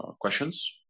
questions